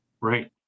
Right